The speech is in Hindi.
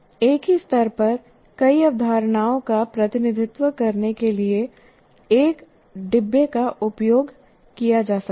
एक ही स्तर पर कई अवधारणाओं का प्रतिनिधित्व करने के लिए एक डिब्बा का उपयोग किया जा सकता है